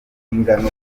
ingano